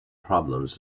problems